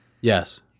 yes